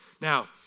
Now